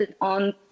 on